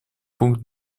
пункт